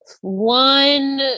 one